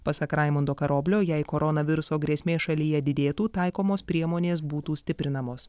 pasak raimundo karoblio jei koronaviruso grėsmė šalyje didėtų taikomos priemonės būtų stiprinamos